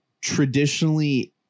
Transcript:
traditionally